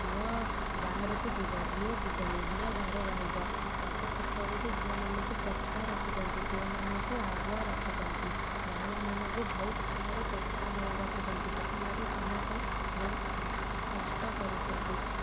ପୁଅ ବାହାରକୁ ଯିବ ଝିଅ ଯିବନି ଝିଅ ଘରେ ରହିବ ସବୁ କ୍ଷେତ୍ରରେ ବି ଝିଅମାନଙ୍କୁ ପଛୁଆ ରଖୁଛନ୍ତି ପୁଅମାନଙ୍କୁ ଆଗୁଆ ରଖୁଛନ୍ତି ମହିଳାମାନଙ୍କୁ ବହୁତ କାମରେ ପଛୁଆ ଦେଉ ରଖୁଛନ୍ତି ସେଥିଲାଗି ସମସ୍ତେ ବହୁତ କଷ୍ଟ କରୁଛନ୍ତି